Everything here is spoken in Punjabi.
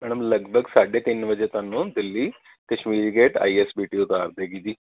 ਮੈਡਮ ਲਗਭਗ ਸਾਢੇ ਤਿੰਨ ਵਜੇ ਤੁਹਾਨੂੰ Delhi Kashmiri gate I S B T ਉਤਾਰ ਦਵੇਗੀ ਜੀ